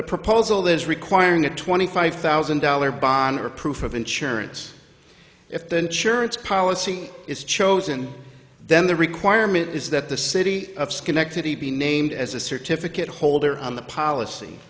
the proposal that is requiring a twenty five thousand dollar bond or proof of insurance if the insurance policy is chosen then the requirement is that the city of schenectady be named as a certificate holder on the policy